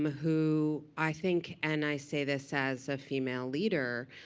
who i think and i say this as a female leader.